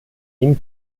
ihm